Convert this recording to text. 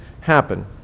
happen